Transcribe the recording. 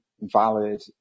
valid